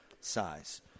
size